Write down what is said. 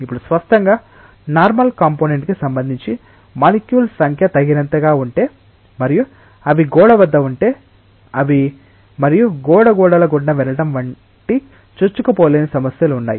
ఇప్పుడు స్పష్టంగా నార్మల్ కాంపొనెంట్కి సంబంధించి మాలిక్యూల్స్ సంఖ్య తగినంతగా ఉంటే మరియు అవి గోడ వద్ద ఉంటే అవి మరియు గోడ గోడల గుండా వెళ్ళడం వంటి చొచ్చుకుపోలేని సమస్యలు ఉన్నాయి